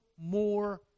more